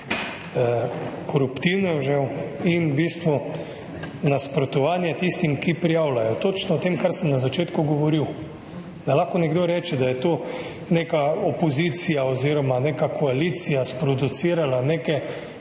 koruptivnežev in v bistvu nasprotovanje tistim, ki prijavljajo. Točno o tem, kar sem na začetku govoril – da lahko nekdo reče, da je to neka opozicija oziroma neka koalicija sproducirala, neke